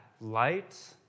light